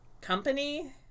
company